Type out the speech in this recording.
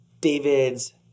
David's